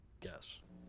guess